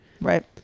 Right